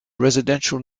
residential